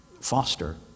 foster